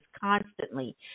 constantly